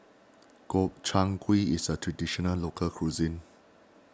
Gobchang Gui is a Traditional Local Cuisine